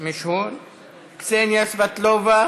מיש הון,